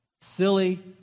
silly